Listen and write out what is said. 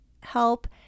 help